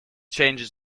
changes